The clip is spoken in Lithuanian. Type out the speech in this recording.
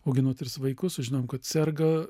augino tris vaikus sužinojom kad serga